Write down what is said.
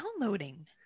downloading